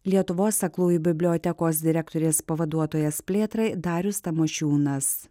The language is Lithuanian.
lietuvos aklųjų bibliotekos direktorės pavaduotojas plėtrai darius tamošiūnas